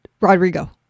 Rodrigo